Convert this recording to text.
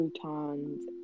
croutons